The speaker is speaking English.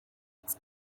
its